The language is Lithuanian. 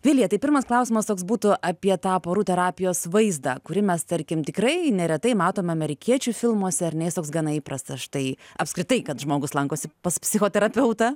vilija tai pirmas klausimas toks būtų apie tą porų terapijos vaizdą kurį mes tarkim tikrai neretai matome amerikiečių filmuose ar ne jis toks gana įprastas štai apskritai kad žmogus lankosi pas psichoterapeutą